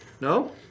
No